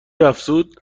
افزود